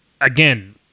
Again